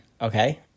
Okay